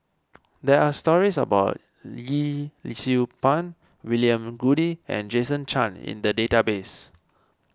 there are stories about Yee Siew Pun William Goode and Jason Chan in the database